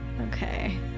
Okay